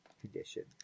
condition